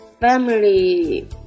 family